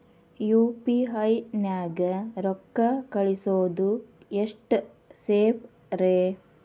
UPI ನ್ಯಾಗ ರೊಕ್ಕ ಕಳಿಸೋದು ಎಷ್ಟ ಸೇಫ್ ರೇ?